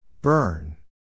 Burn